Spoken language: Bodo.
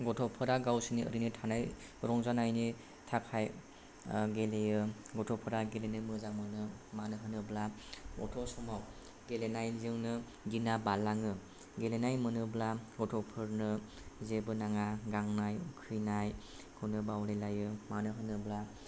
गथ'फोरा गावसिनि ओरैनो थानाय रंजानायनि थाखाय गेलेयो गथ'फोरा गेलेनो मोजां मोनो मानो होनोब्ला गथ' समाव गेलेनायजोंनो दिना बारलाङो गेलेनाय मोनोब्ला गथ'फोरनो जेबो नाङा गांनाय उखैनायखौनो बावलायलायो मानो होनोब्ला